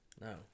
No